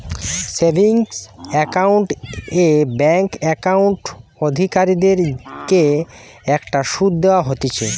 savings account এ bank account অধিকারীদের কে একটা শুধ দেওয়া হতিছে